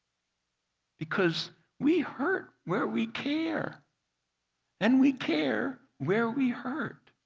because we hurt where we care and we care where we hurt.